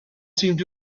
seemed